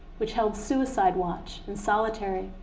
which held suicide watch and solitary.